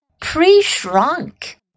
pre-shrunk